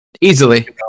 Easily